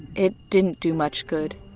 it didn't do much good,